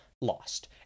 lost